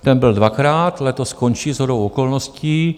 Ten byl dvakrát, letos skončí shodou okolností.